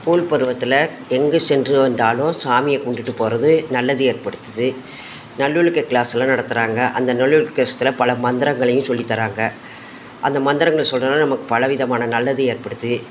school பருவத்தில் எங்கு சென்று வந்தாலும் சாமியை கும்பிடுட்டுப் போகிறது நல்லது ஏற்படுத்துது நல்லொழுக்க க்ளாஸ்லாம் நடத்துகிறாங்க அந்த நல்லொழுக்க விஸ்யத்துல பல மந்திரங்களையும் சொல்லித் தராங்க அந்த மந்திரங்கள் சொல்றதுனால நமக்குப் பலவிதமான நல்லது ஏற்படுது